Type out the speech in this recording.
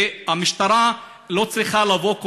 והמשטרה לא צריכה לבוא,